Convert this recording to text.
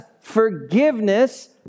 forgiveness